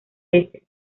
veces